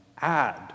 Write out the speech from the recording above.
add